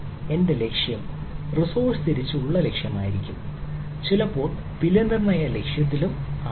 എന്റെ ലക്ഷ്യം റിസോഴ്സ് തിരിച്ചുള്ള ലക്ഷ്യമായിരിക്കാം ചിലപ്പോൾ വിലനിർണ്ണയ ലക്ഷ്യത്തിലും ആകാം